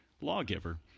lawgiver